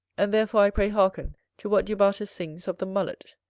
and therefore i pray hearken to what du bartas sings of the mullet.